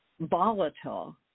volatile